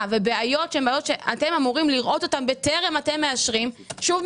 ובעיות שאתם אמורים לראות אותן בטרם אתם מאשרים שוב,